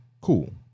cool